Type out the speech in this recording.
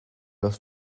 los